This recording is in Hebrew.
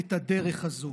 את הדרך הזו